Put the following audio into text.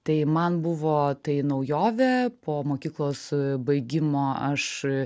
tai man buvo tai naujovė po mokyklos baigimo aš